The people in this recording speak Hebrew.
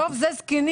הרוב זה זקנים.